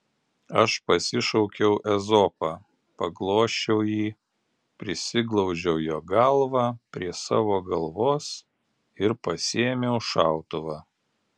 aš pasišaukiau ezopą paglosčiau jį prisiglaudžiau jo galvą prie savo galvos ir pasiėmiau šautuvą